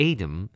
Adam